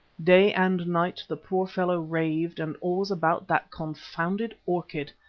day and night the poor fellow raved and always about that confounded orchid,